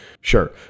sure